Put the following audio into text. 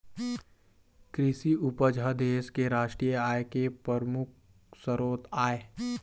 कृषि उपज ह देश के रास्टीय आय के परमुख सरोत आय